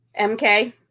MK